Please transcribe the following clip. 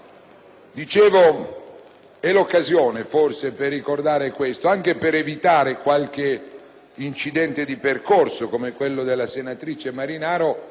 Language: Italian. Dicevo, è l'occasione per ricordare questo, anche per evitare qualche incidente di percorso, come quello della senatrice Marinaro,